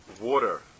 water